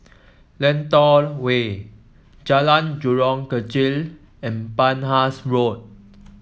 Lentor Way Jalan Jurong Kechil and Penhas Road